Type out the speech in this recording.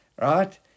Right